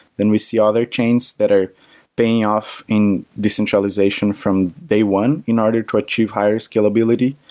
then we see other chains that are paying off in decentralization from day one in order to achieve higher scalability.